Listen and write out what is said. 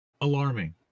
Alarming